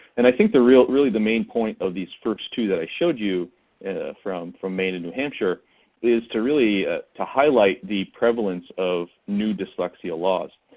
and i think really really the main point of these first two that i showed you from from maine and new hampshire is to really to highlight the prevalence of new dyslexia laws.